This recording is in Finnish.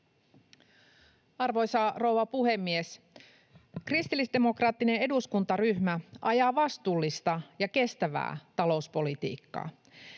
Arvoisa rouva puhemies! Kristillisdemokraattinen eduskuntaryhmä ajaa vastuullista ja kestävää talouspolitiikkaa.